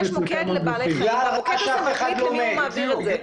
ישנו מוקד לבעלי חיים שמחליט למי הוא מעביר את זה.